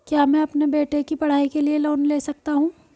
क्या मैं अपने बेटे की पढ़ाई के लिए लोंन ले सकता हूं?